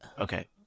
Okay